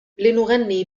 لنغني